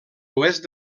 oest